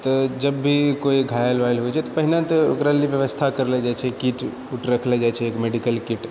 तऽ जब भी कोइ घायल वायल होइत छै तऽ पहिने तऽ ओकरा लिअऽ व्यवस्था करलो जाइत छै किट उट रखलो जाइत छै मेडिकल किट